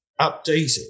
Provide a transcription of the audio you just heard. updating